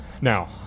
Now